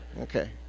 okay